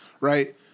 Right